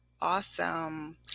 Awesome